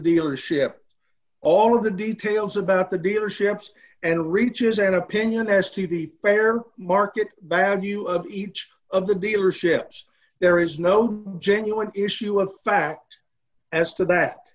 dealership all of the details about the dealerships and reaches an opinion as to the fair market value of each of the dealerships there is no genuine issue of fact as to that